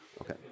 okay